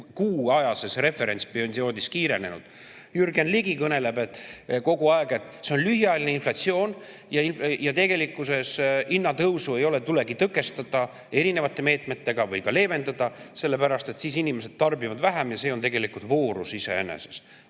kuuajase referentsperioodi jooksul kiirenenud. Jürgen Ligi kõneleb kogu aeg, et see on lühiajaline inflatsioon ja tegelikkuses hinnatõusu ei tulegi tõkestada erinevate meetmetega ega leevendada, sellepärast et inimesed tarbivad vähem ja see on tegelikult voorus iseenesest.